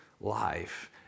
life